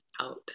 out